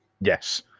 Yes